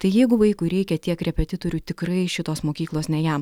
tai jeigu vaikui reikia tiek repetitorių tikrai šitos mokyklos ne jam